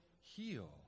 heal